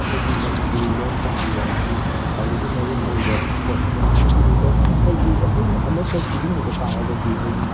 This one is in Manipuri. ꯑꯩꯈꯣꯏꯒꯤ ꯃꯅꯤꯄꯨꯔꯤ ꯂꯣꯟ ꯇꯝꯕꯤꯕ ꯑꯁꯤ ꯈ꯭ꯋꯥꯏꯗꯒꯤ ꯃꯔꯨꯑꯣꯏꯕ ꯄꯣꯠ ꯑꯃꯅꯤ ꯑꯗꯨꯗꯨꯒ ꯍꯥꯏꯗꯤ ꯑꯩꯈꯣꯏ ꯑꯃꯠꯇ ꯁꯤꯖꯤꯟꯅꯗ ꯇꯥꯔꯒꯗꯤ ꯍꯥꯏꯗꯤ